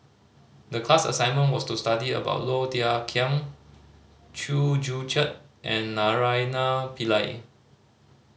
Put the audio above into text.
the class assignment was to study about Low Thia Khiang Chew Joo Chiat and Naraina Pillai